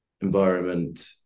environment